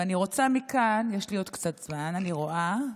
ואני רוצה מכאן, יש לי עוד קצת זמן, אני רואה,